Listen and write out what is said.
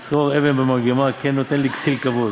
כצרור אבן במרגמה כן נותן לכסיל כבוד.